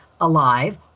alive